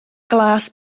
glas